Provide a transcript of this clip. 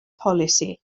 polisi